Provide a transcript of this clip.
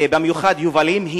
במיוחד יובלים,